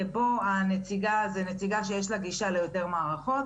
שבו הנציגה זו נציגה שיש לה גישה ליותר מערכות.